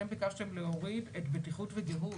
אתם ביקשתם להוריד את בטיחות וגהות